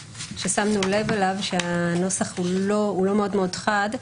ששמנו לב אליו שהנוסח הוא לא מאוד מאוד חד,